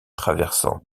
traversant